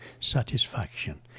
satisfaction